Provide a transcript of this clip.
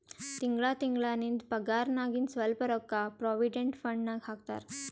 ತಿಂಗಳಾ ತಿಂಗಳಾ ನಿಂದ್ ಪಗಾರ್ನಾಗಿಂದ್ ಸ್ವಲ್ಪ ರೊಕ್ಕಾ ಪ್ರೊವಿಡೆಂಟ್ ಫಂಡ್ ನಾಗ್ ಹಾಕ್ತಾರ್